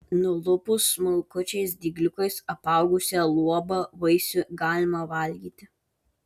nulupus smulkučiais dygliukais apaugusią luobą vaisių galima valgyti